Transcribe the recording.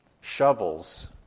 Shovels